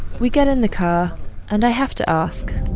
we get in the car and i have to ask